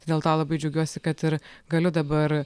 tai dėl to labai džiaugiuosi kad ir galiu dabar